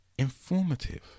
informative